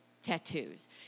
tattoos